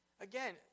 Again